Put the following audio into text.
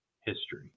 history